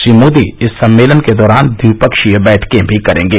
श्री मोदी इस सम्मेलन के दौरान द्विपक्षीय वैठकें भी करेंगे